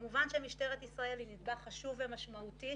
כמובן שמשטרת ישראל היא גורם חשוב בטיפול